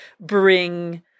bring